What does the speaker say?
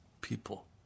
people